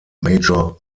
major